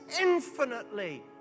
infinitely